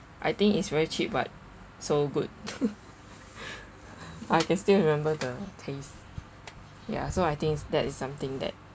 I think it's very cheap but so good I can still remember the taste ya so I think that is something that